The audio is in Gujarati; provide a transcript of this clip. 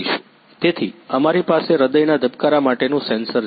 તેથી અમારી પાસે હૃદયના ધબકારા માટેનું સેન્સર છે